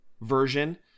version